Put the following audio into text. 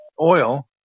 oil